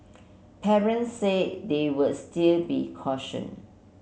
parents said they would still be caution